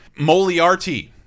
Moliarty